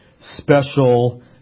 special